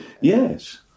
Yes